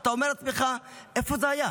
ואתה אומר לעצמך: איפה זה היה?